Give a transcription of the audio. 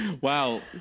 wow